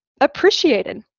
appreciated